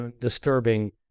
disturbing